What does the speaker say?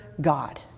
god